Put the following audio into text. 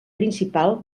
principal